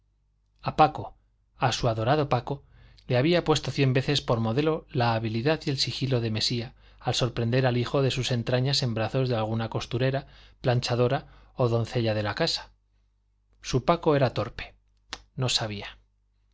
a paco a su adorado paco le había puesto cien veces por modelo la habilidad y el sigilo de mesía al sorprender al hijo de sus entrañas en brazos de alguna costurera planchadora o doncella de la casa su paco era torpe no sabía